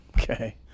Okay